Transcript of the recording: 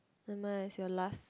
never mind is your last